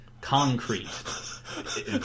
Concrete